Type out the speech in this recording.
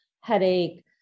headache